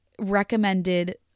recommended